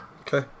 Okay